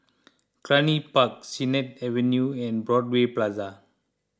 Cluny Park Sennett Avenue and Broadway Plaza